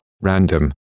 random